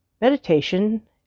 meditation